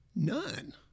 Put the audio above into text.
none